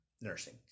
nursing